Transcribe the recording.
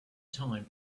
time